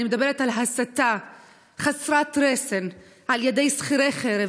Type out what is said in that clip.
אני מדברת על הסתה חסרת רסן על ידי שכירי חרב,